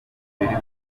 bihugu